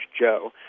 Joe